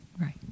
Right